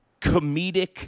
comedic